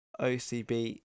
OCB